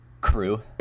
crew